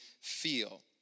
feel